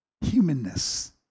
humanness